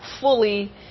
fully